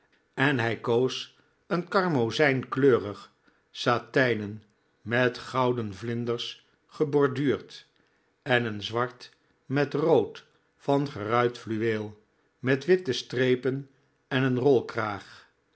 en hij koos een karmozijnkleurig satijnen met gouden vlinders geborduurd en een zwart met rood van geruit fluweel met witte strepen en een rolkraag